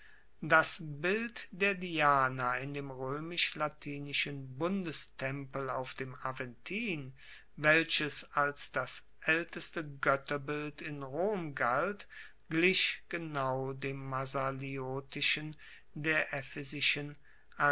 das bild der diana in dem roemisch latinischen bundestempel auf dem aventin welches als das aelteste goetterbild in rom galt glich genau dem massaliotischen der